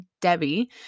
Debbie